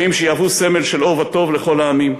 חיים שיהוו סמל של אור וטוב לכל העמים.